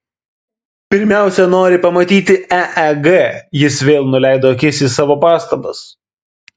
pirmiausia nori pamatyti eeg jis vėl nuleido akis į savo pastabas